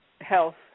health